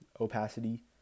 opacity